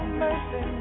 mercy